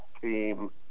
team